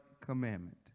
commandment